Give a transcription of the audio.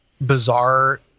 bizarre